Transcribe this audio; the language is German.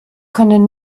können